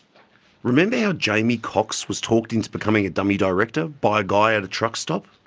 remember how jamie cox was talked into becoming a dummy director by a guy at a truck stop?